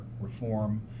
reform